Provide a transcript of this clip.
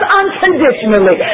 unconditionally